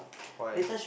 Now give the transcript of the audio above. why